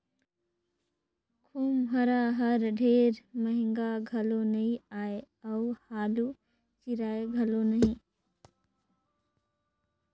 खोम्हरा हर ढेर महगा घलो नी आए अउ हालु चिराए घलो नही